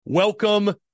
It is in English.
Welcome